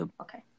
Okay